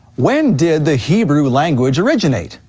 when did the hebrew language originate?